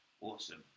Awesome